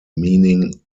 meaning